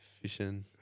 Fishing